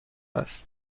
است